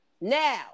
Now